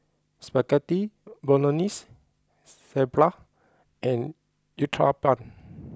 Spaghetti Bolognese Sambar and Uthapam